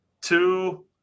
two